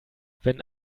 wenn